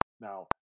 Now